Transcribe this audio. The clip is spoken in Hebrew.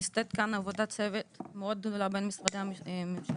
נעשית כאן עבודת צוות מאוד גדולה במשרדי הממשלה.